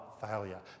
failure